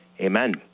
Amen